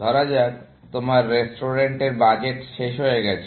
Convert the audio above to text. ধরা যাক তোমার রেস্টুরেন্টের বাজেট শেষ হয়ে গেছে